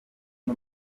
n’u